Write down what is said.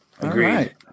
Agreed